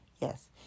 Yes